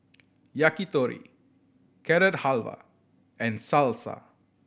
Yakitori Carrot Halwa and Salsa